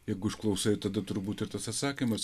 jeigu išklausai tada turbūt ir tas atsakymas